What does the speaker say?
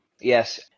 Yes